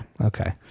Okay